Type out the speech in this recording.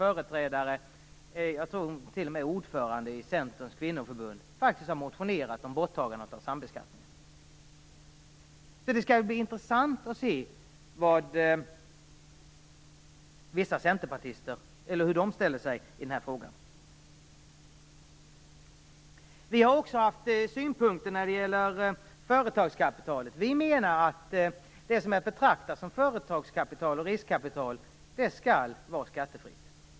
Det är framför allt intressant när en företrädare - Det skall bli spännande att se hur centerpartisterna ställer sig i den här frågan. Vi har också haft synpunkter när det gäller företagskapitalet. Vi anser att det som är att betrakta som företagskapital och riskkapital skall vara skattefritt.